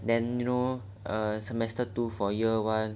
then you know ah semester two for year one